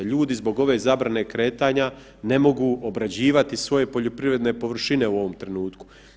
Ljudi zbog ove zbrane kretanja ne mogu obrađivati svoje poljoprivredne površine u ovom trenutku.